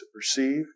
perceive